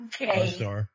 Okay